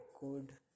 good